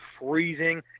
freezing